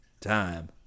Time